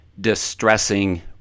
distressing